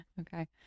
Okay